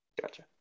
gotcha